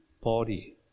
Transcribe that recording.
body